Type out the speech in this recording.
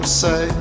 say